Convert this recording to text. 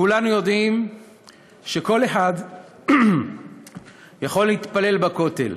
כולנו יודעים שכל אחד יכול להתפלל בכותל: